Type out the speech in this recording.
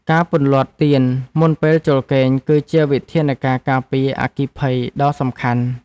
ការពន្លត់ទៀនមុនពេលចូលគេង គឺជាវិធានការការពារអគ្គិភ័យដ៏សំខាន់។